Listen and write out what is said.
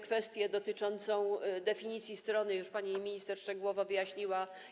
Kwestię dotyczącą definicji strony pani minister już szczegółowo wyjaśniła.